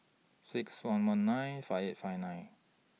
six one one nine five eight five nine